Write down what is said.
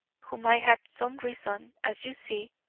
whom i had some reason, as you see,